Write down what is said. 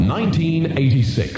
1986